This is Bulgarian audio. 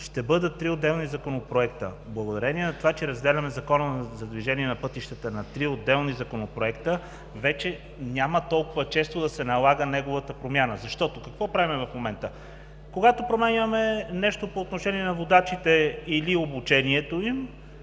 ще бъдат три отделни законопроекта. Благодарение на това, че разделяме Закона за движението по пътищата на три отделни законопроекта, вече няма толкова често да се налага неговата промяна. Какво правим в момента? Когато променяме нещо по отношение на водачите или обучението им,